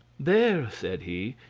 there, said he,